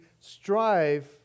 strive